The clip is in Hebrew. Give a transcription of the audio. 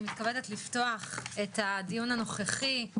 אני מתכבדת לפתוח את הדיון הנוכחי,